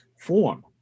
form